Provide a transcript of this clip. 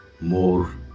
more